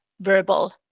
verbal